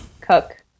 cook